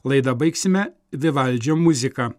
laidą baigsime vivaldžio muzika